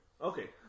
Okay